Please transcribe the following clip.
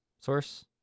source